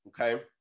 okay